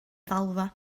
ddalfa